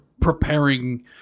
preparing